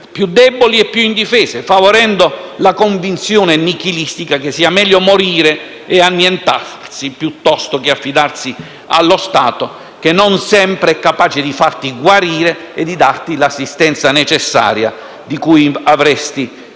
più deboli e indifese, favorendo la convinzione nichilistica che sia meglio morire e annientarsi, piuttosto che affidarsi allo Stato, che non sempre è capace di farti guarire e darti l'assistenza necessaria di cui avresti